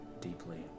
deeply